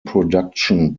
production